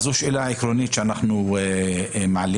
זו שאלה עקרונית שאנחנו מעלים.